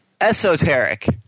Esoteric